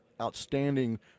outstanding